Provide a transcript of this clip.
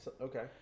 Okay